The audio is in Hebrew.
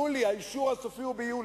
האישור הסופי הוא ביולי.